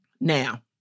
Now